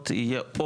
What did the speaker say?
תקשיבו,